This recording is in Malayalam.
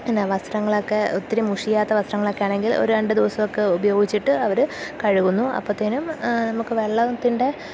എന്നാ വസ്ത്രങ്ങളൊക്കെ ഒത്തിരി മുഷിയാത്ത വസ്ത്രങ്ങളൊക്കെയാണെങ്കിൽ ഒരു രണ്ടു ദിവസമൊക്കെ ഉപയോഗിച്ചിട്ട് അവര് കഴുകുന്നു അപ്പോഴത്തേനും നമുക്കു വെള്ളത്തിൻ്റെ